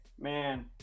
Man